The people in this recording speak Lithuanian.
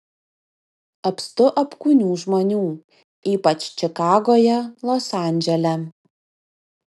apstu apkūnių žmonių ypač čikagoje los andžele